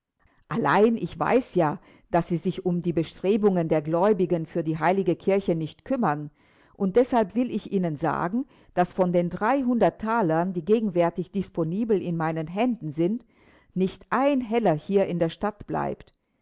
allein ich weiß ja daß sie sich um die bestrebungen der gläubigen für die heilige kirche nicht kümmern und deshalb will ich ihnen sagen daß von den dreihundert thalern die gegenwärtig disponibel in meinen händen sind nicht ein heller hier in der stadt bleibt